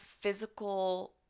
physical